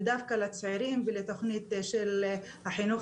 ודווקא לצעירים ולתוכנית של החינוך